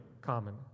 common